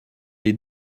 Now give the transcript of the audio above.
les